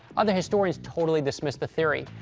other historians totally dismiss the theory,